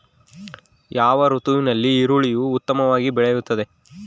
ಯಾವ ಋತುವಿನಲ್ಲಿ ಈರುಳ್ಳಿಯು ಉತ್ತಮವಾಗಿ ಬೆಳೆಯುತ್ತದೆ?